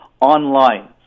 online